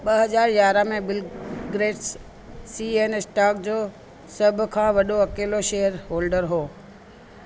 ॿ हज़ार यारहं में बिल गेट्स सी एन स्टॉक जो सभु खां वॾो अकेलो शेयर होल्डर हो